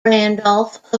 randolph